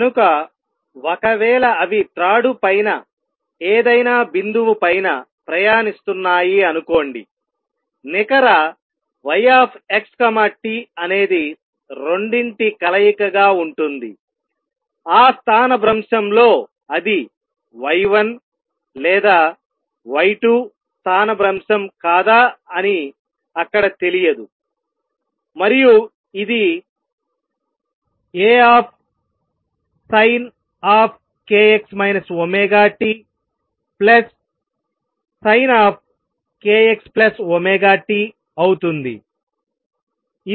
కనుక ఒకవేళ అవి త్రాడు పైన ఏదైనా బిందువు పైన ప్రయాణిస్తున్నాయి అనుకోండినికర yxt అనేది రెండిటి కలయికగా ఉంటుందిఆ స్థానభ్రంశంలో అది y1 లేదా y2 స్థానభ్రంశం కాదా అని అక్కడ తెలియదు మరియు ఇది ASinkx ωtSinkxωt అవుతుంది